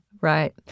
Right